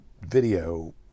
Video